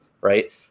right